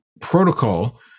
protocol